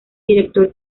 director